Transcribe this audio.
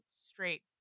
straight